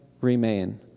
remain